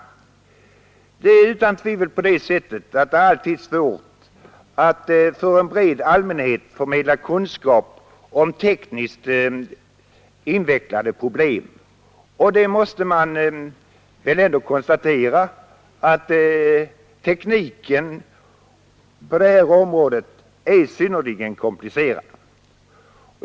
Det är utan tvivel alltid svårt att för en bred allmänhet förmedla kunskap om tekniskt invecklade problem. Man måste väl ändå konstatera att tekniken på detta område är synnerligen komplicerad.